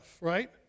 right